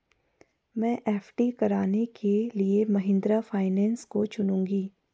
मैं एफ.डी कराने के लिए महिंद्रा फाइनेंस को चुनूंगी